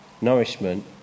nourishment